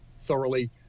thoroughly